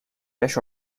yaş